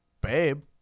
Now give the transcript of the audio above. Babe